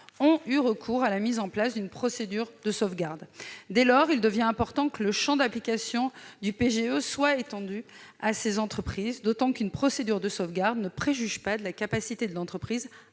du secteur en 2019, y ont eu recours. Dès lors, il devient important que le champ d'application du PGE soit étendu à ces entreprises, d'autant qu'une procédure de sauvegarde ne préjuge pas de la capacité de l'entreprise